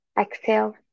Exhale